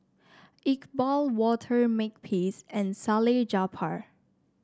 Iqbal Walter Makepeace and Salleh Japar